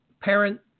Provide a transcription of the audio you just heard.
parent